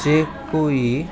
जे कोई